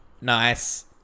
nice